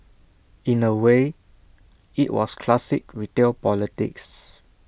in A way IT was classic retail politics